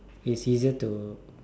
it's easier to